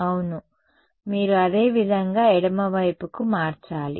అవును మీరు అదే విధంగా ఎడమవైపుకు మార్చాలి